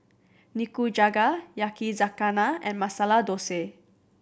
Nikujaga Yakizakana and Masala Dosa